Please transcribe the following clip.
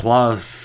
Plus